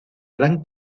gran